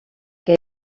que